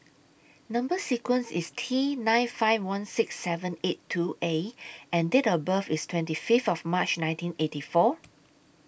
Number sequence IS T nine five one six seven eight two A and Date of birth IS twenty Fifth of March nineteen eighty four